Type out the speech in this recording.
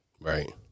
Right